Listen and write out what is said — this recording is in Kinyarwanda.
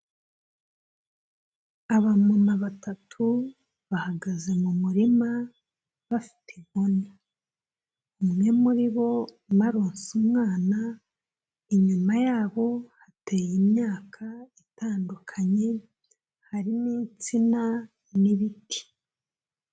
Abamama batatu bahagaze mu murima bafite inkoni, umwe muri bo arimo aronse umwana, inyuma ya bo hateye imyaka itandukanye, harimo insina n'ibiti.